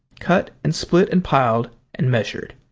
cut and split and piled and measured,